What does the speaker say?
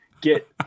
Get